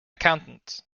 accountant